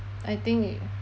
I think i~